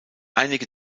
einige